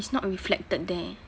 it's not reflected there